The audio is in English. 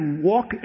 walk